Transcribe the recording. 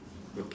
okay